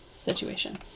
situation